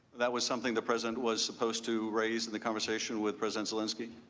that was something the president was supposed to raise in the conversation with president zelensky?